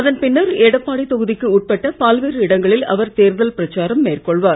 அதன் பின்னர் எடப்பாடி தொகுதிக்கு உட்பட்ட பல்வேறு இடங்களில் அவர் தேர்தல் பிரச்சாரம் மேற்கொள்வார்